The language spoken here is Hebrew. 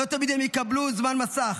לא תמיד הם יקבלו זמן מסך.